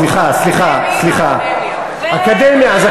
סליחה, סליחה, אקדמיה, אקדמיה.